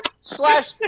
Slash